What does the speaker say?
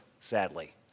sadly